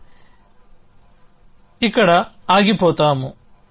మనం ఇక్కడ ఆగిపోతాము